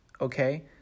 okay